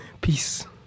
Peace